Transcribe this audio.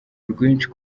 rwinshi